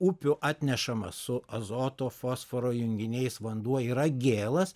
upių atnešama su azoto fosforo junginiais vanduo yra gėlas